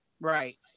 Right